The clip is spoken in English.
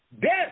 Death